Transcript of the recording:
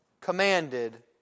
commanded